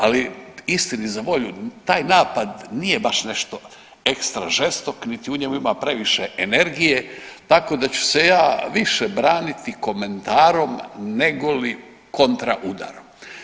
Ali istini za volju taj napad nije baš nešto ekstra žestok, niti u njemu ima previše energije tako da ću se ja više braniti komentarom negoli kontra udarom.